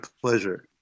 pleasure